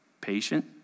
patient